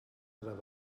treball